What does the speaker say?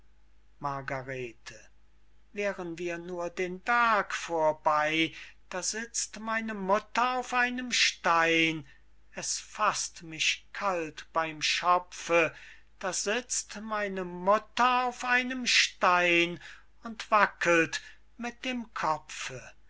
margarete wären wir nur den berg vorbey da sitzt meine mutter auf einem stein es faßt mich kalt beym schopfe da sizt meine mutter auf einem stein und wackelt mit dem kopfe